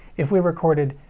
if we recorded,